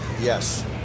Yes